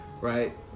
right